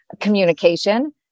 communication